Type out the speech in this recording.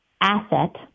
asset